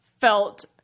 felt